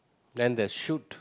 then there's shoot